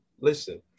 listen